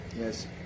yes